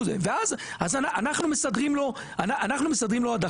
ואז אנחנו מסדרים לו הדחה,